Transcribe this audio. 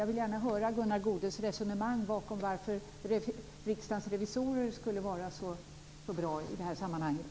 Jag vill gärna höra Gunnar Goudes resonemang bakom varför Riksdagens revisorer skulle vara så bra i det här sammanhanget.